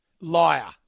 Liar